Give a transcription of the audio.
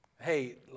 Hey